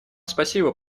спасибо